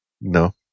No